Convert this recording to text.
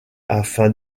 afin